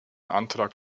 antrag